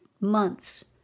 months